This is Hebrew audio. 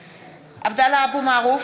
(קוראת בשמות חברי הכנסת) עבדאללה אבו מערוף,